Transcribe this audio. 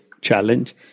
challenge